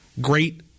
great